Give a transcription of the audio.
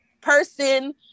person